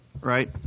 right